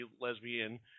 lesbian